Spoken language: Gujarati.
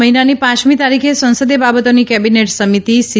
આ મહિનાની પાંચમી તારીખે સંસદીય બાબતોની કેબિનેટ સમિતિ સી